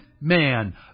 man